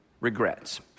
regrets